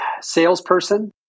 salesperson